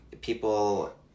people